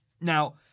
Now